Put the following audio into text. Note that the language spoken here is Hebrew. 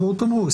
אז בואו תאמרו.